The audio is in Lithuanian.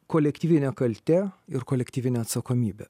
kolektyvinė kaltė ir kolektyvinė atsakomybė